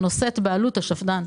שנושאת בעלות השפד"ן?